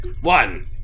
One